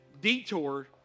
detour